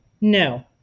no